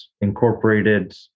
incorporated